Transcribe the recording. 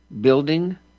building